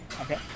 Okay